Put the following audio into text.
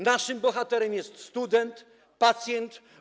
Naszym bohaterem jest student, pacjent.